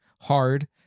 hard